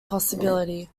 possibility